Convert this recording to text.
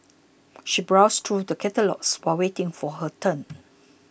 she browsed through the catalogues while waiting for her turn